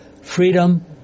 Freedom